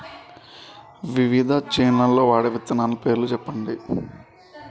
వివిధ చేలల్ల వాడే విత్తనాల పేర్లు చెప్పండి?